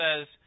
says